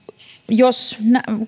jos